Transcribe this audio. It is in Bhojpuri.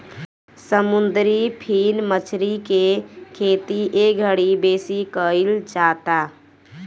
समुंदरी फिन मछरी के खेती एघड़ी बेसी कईल जाता